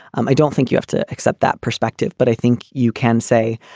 um i don't think you have to accept that perspective, but i think you can say,